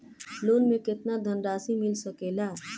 Loan मे केतना धनराशी मिल सकेला?